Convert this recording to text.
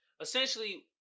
essentially